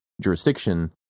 jurisdiction